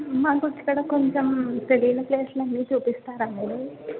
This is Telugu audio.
మాకు ఇక్కడ కొంచం తెలియని ప్లేసులు అన్నీ చూపిస్తారా అండీ